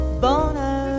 bonheur